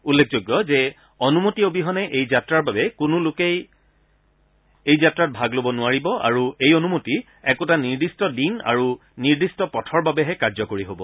উল্লেখযোগ্য যে অনুমতি অবিহনে এই যাত্ৰাৰ বাবে কোনো লোকেই এই যাত্ৰাত ভাগ ল'ব নোৱাৰিব আৰু এই অনুমতি একোটা নিৰ্দিষ্ট দিন আৰু নিৰ্দিষ্ট পথৰ বাবেহে কাৰ্যকৰী হ'ব